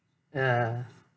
ya